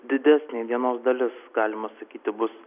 didesnė dienos dalis galima sakyti bus